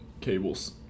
cables